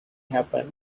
happened